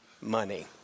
money